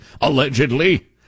allegedly